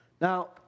Now